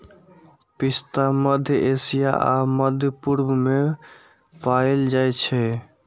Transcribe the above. पिस्ता मध्य एशिया आ मध्य पूर्व मे पाएल जाइ छै